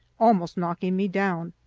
almost knocking me down,